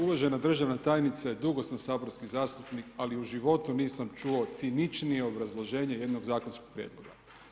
Uvažena državna tajnice, dugo sam saborski zastupnik ali u životu nisam čuo ciničnije obrazloženje jednog zakonskog prijedloga.